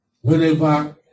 whenever